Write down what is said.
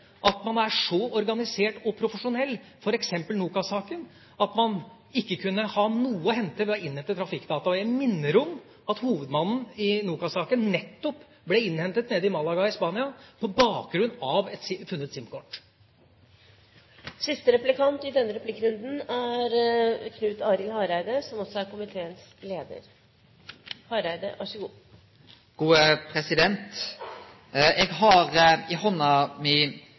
at man legger igjen DNA. Det er også sånn at man i de sakene hvor man skulle ha forventninger om at man er så organisert og profesjonell – f.eks. Nokas-saken – ikke skulle ha noe å hente ved å innhente trafikkdata. Jeg minner om at hovedmannen i Nokas-saken nettopp ble innhentet nede i Malaga i Spania på bakgrunn av et SIM-kort som ble funnet. Eg har i handa mi